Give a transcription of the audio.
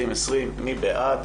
מי בעד?